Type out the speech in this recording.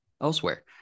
elsewhere